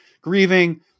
grieving